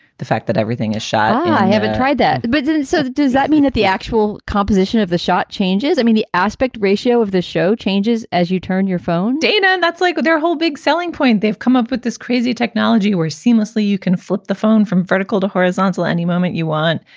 the fact that everything is shot i haven't tried that. but and so does that mean that the actual composition of the shot changes? i mean, the aspect ratio of the show changes as you turn your phone data and that's like with their whole big selling point, they've come up with this crazy technology where seamlessly you can flip the phone from vertical to horizontal any moment you want.